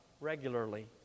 regularly